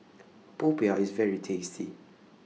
Popiah IS very tasty